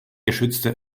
geschützte